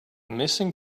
missing